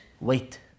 wait